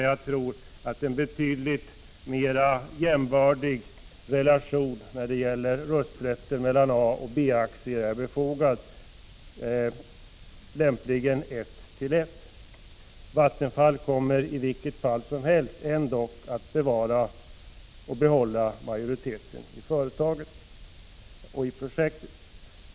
Jag tror att en betydligt mer jämbördig relation när det gäller A och B-aktiers röstvärde är befogad, lämpligen 1:1. Vattenfall kommer i vilket fall som helst att ändå behålla majoriteten i företaget och i projektet.